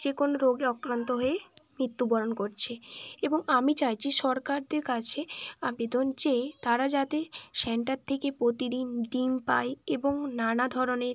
যে কোনো রোগে আক্রান্ত হয়ে মৃত্যুবরণ করছে এবং আমি চাইছি সরকারদের কাছে আবেদন চেয়ে তারা যাতে সেন্টার থেকে প্রতিদিন ডিম পায় এবং নানা ধরনের